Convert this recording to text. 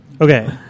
Okay